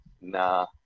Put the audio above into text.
nah